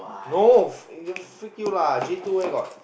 no f~ uh freak you lah J two where got